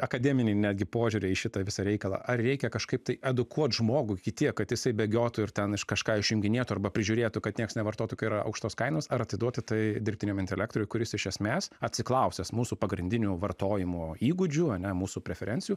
akademiniai netgi požiūriai į šitą visą reikalą ar reikia kažkaip tai edukuot žmogų iki tiek kad jisai bėgiotų ir ten iš kažką išjunginėtų arba prižiūrėtų kad nieks nevartotų kai yra aukštos kainos ar atiduoti tai dirbtiniam intelektui ir kuris iš esmės atsiklausęs mūsų pagrindinių vartojimo įgūdžių ane mūsų preferencijų